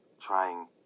trying